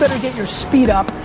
get your speed up,